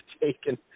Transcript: taken